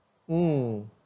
um